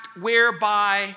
whereby